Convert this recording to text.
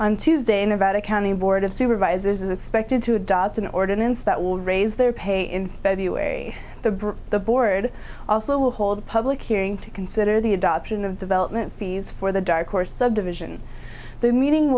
on tuesday nevada county board of supervisors is expected to adopt an ordinance that will raise their pay in february the the board also will hold a public hearing to consider the adoption of development fees for the dark horse subdivision the meeting